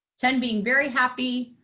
ten being very happy,